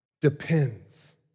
depends